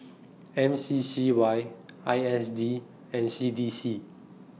M C C Y I S D and C D C